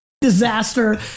disaster